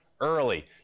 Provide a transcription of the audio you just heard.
early